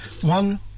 one